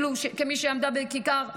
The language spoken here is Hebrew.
כמי שעמדה בכיכר רבין,